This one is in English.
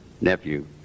nephew